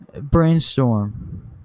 Brainstorm